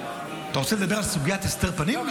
אתה רוצה לדבר על סוגיית הסתר פנים?